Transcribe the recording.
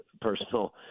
personal